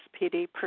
SPD